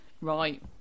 Right